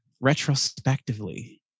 retrospectively